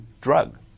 drug